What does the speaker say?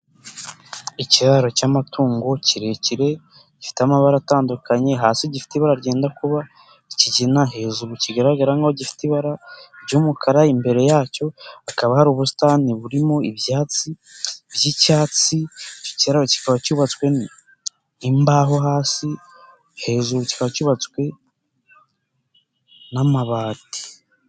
Ikiraro cy'amatungo kirekire gifite amabara atandukanye, hasi gifite ibara ryenda kuba ikigina, hejuru kigaragara nk'aho gifite ibara ry'umukara, imbere yacyo hakaba hari ubusitani burimo ibyatsi by'icyatsi, ikiraro kikaba cyubatswemo imbaho hasi hejuru kikaba cyubatswe n'amabati.